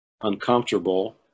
uncomfortable